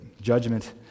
judgment